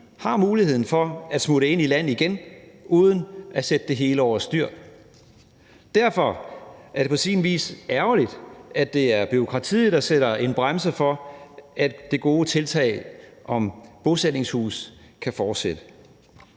har muligheden for at smutte i land igen uden at sætte det hele over styr. Derfor er det på sin vis ærgerligt, at det er bureaukratiet, der sætter en bremseklods for, at det gode tiltag med bosætningshuse kan fortsætte.